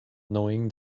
knowing